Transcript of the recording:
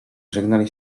żegnali